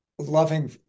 loving